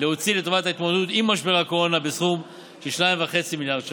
להוציא לטובת ההתמודדות עם משבר הקורונה בסכום של 2.5 מיליארד ש"ח.